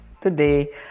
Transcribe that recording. today